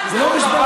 זה לא משבר